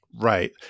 Right